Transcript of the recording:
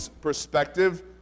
perspective